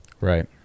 Right